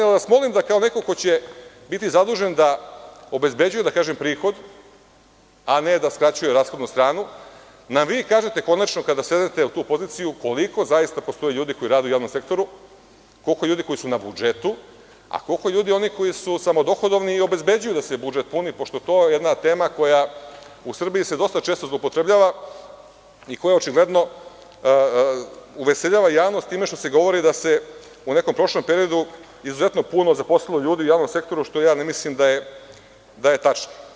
Molim vas, kao neko ko će biti zadužen da obezbeđuje prihod, a ne da skraćuje rashodnu stranu, da nam kažete, konačno kada sednete u tu poziciju, koliko postoji ljudi koji rade u javnom sektoru, koliko je ljudi na budžetu, a koliko je onih koji su samodohodovni i obezbeđuju da se budžet puni, pošto je to tema koja se u Srbiji dosta često zloupotrebljava i koja očigledno uveseljava javnost time što se govori da se u nekom prošlom periodu izuzetno puno ljudi zaposlilo u javnom sektoru, a ne mislim da je to tačno.